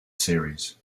series